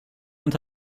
und